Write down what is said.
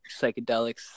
psychedelics